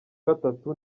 gatatu